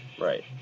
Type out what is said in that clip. Right